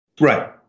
Right